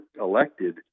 elected